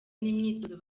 n’imyitozo